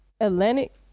atlantic